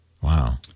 Wow